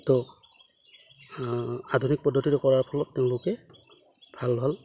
তো আধুনিক পদ্ধতিটো কৰাৰ ফলত তেওঁলোকে ভাল ভাল